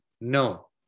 No